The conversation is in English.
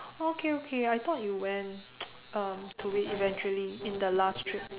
okay okay I thought you went um to it eventually in the last trip